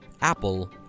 apple